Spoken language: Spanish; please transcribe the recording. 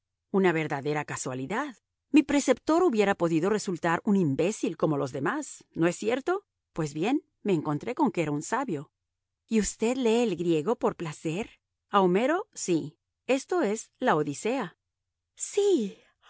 una verdadera casualidad mi preceptor hubiera podido resultar un imbécil como los demás no es cierto pues bien me encontré con que era un sabio y usted lee el griego por placer a homero sí esto es la odisea